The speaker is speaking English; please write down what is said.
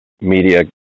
media